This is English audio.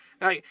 Now